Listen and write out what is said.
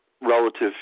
relative